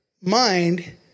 mind